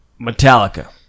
Metallica